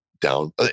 down